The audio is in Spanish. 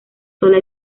sola